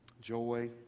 joy